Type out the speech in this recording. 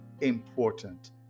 important